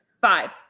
Five